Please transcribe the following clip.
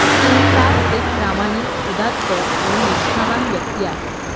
सिंग साब एक प्रामाणिक उदात्त आणि निष्ठावान व्यक्ती आहे